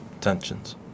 tensions